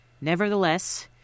Nevertheless